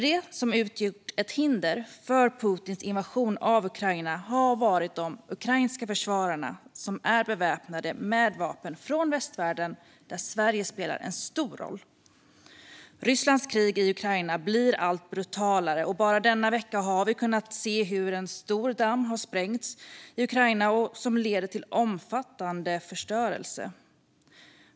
Det som utgjort ett hinder för Putins invasion av Ukraina har varit de ukrainska försvararna som är beväpnade med vapen från västvärlden, där Sverige spelar en stor roll. Rysslands krig i Ukraina blir alltmer brutalt. Bara denna vecka har vi kunnat se hur en stor damm har sprängts i Ukraina, vilket lett till en omfattande förstörelse.